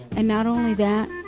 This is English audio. and not only that,